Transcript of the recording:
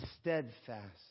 Steadfast